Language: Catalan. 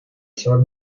sord